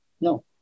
No